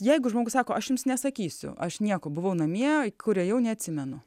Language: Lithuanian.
jeigu žmogus sako aš jums nesakysiu aš nieko buvau namie kur ėjau neatsimenu